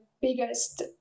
biggest